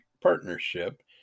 partnership